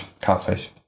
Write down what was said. catfish